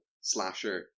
slasher